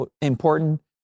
important